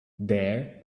there